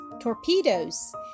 torpedoes